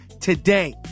today